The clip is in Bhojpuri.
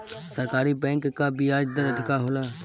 सरकारी बैंक कअ बियाज दर अधिका होला